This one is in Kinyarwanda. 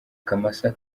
akamasa